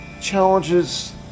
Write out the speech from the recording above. challenges